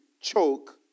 choke